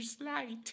light